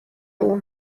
اون